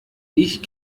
ich